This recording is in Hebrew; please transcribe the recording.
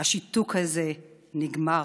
השיתוק הזה נגמר,